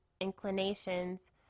inclinations